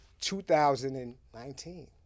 2019